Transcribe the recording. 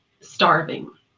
starving